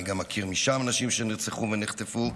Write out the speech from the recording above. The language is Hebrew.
אני גם מכיר משם אנשים שנרצחו ונחטפו,